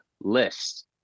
list